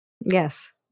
Yes